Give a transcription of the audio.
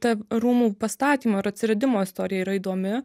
ta rūmų pastatymo ir atsiradimo istorija yra įdomi